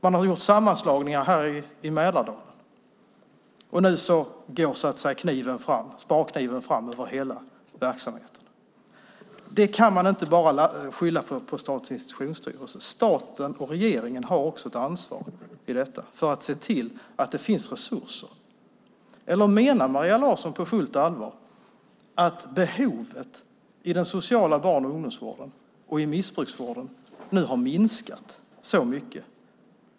Man har gjort sammanslagningar i Mälardalen. Nu går sparkniven fram över hela verksamheten. Det kan man inte bara skylla på Statens institutionsstyrelse. Staten och regeringen har också ett ansvar i detta för att se till att det finns resurser. Menar Maria Larsson att behovet i den sociala barn och ungdomsvården och missbrukarvården nu har minskat så mycket?